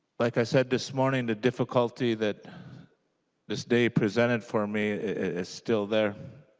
like i said this morning the difficulty that this day presented for me is still there.